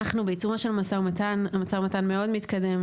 אנחנו בעיצומו של משא ומתן מאוד מתקדם,